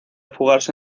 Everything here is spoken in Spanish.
fugarse